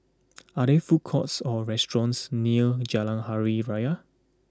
are there food courts or restaurants near Jalan Hari Raya